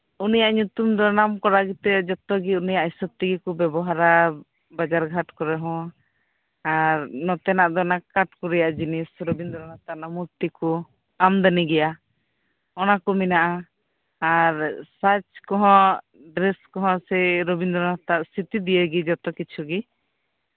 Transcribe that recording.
ᱩᱱᱤᱭᱟᱜ ᱧᱩᱛᱩᱢ ᱫᱚ ᱱᱟᱢᱠᱚᱨᱟ ᱜᱮᱛᱟᱭᱟ ᱡᱚᱛᱚ ᱜᱮ ᱩᱱᱤᱭᱟᱜ ᱦᱤᱥᱟᱹᱵ ᱛᱮᱜᱮ ᱠᱚ ᱵᱮᱵᱚᱦᱟᱨᱟ ᱵᱟᱡᱟᱨ ᱜᱷᱟᱴ ᱠᱚᱨᱮ ᱦᱚᱸ ᱟᱨ ᱱᱚᱛᱮᱱᱟᱜ ᱫᱚ ᱠᱟᱴᱷ ᱠᱚᱨᱮᱱᱟᱜ ᱡᱤᱱᱤᱥ ᱨᱮᱭᱟᱜ ᱢᱩᱨᱛᱤ ᱠᱚ ᱟᱢ ᱫᱟᱱᱤ ᱜᱮᱭᱟ ᱚᱱᱟ ᱠᱚ ᱢᱮᱱᱟᱜᱼᱟ ᱟᱨ ᱥᱟᱡ ᱠᱚᱦᱚᱸ ᱰᱨᱮᱥ ᱠᱚᱦᱚᱸ ᱨᱚᱵᱤᱱᱫᱚᱨᱚᱱᱟᱛᱷ ᱟᱜ ᱪᱷᱤᱵᱤ ᱱᱤᱭᱮ ᱜᱮ ᱡᱚᱛᱚ ᱠᱤᱪᱷᱩ ᱜᱮ